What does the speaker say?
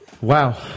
Wow